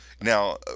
Now